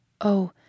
Oh